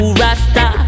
rasta